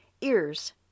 Ears